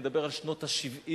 אני מדבר על שנות ה-70.